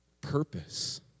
purpose